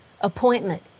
appointment